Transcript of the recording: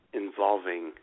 involving